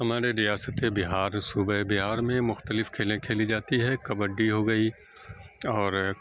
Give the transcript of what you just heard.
ہمارے ریاست بہار صوبۂ بہار میں مختلف کھیلیں کھیلی جاتی ہے کبڈی ہو گئی اور